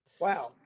wow